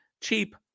cheap